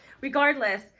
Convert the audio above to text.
regardless